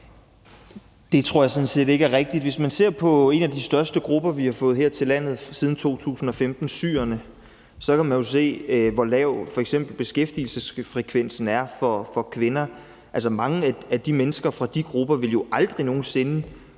Det tror jeg sådan set ikke er rigtigt. Hvis man ser på en af de største grupper, vi har fået her til landet siden 2015, syrerne, så kan man jo se, hvor lav f.eks. beskæftigelsesfrekvensen er for kvinder. Altså, mange af de mennesker fra de grupper ville jo aldrig nogen sinde